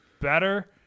better